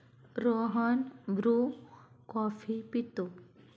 Rohan Bru coffee पितो